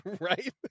Right